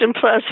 plus